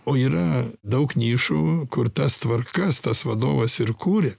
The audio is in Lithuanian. o yra daug nišų kur tas tvarkas tas vadovas ir kūrė